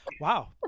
Wow